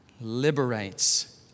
liberates